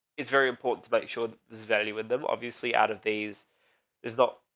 it's very important to make sure there's value with them. obviously out of these is not,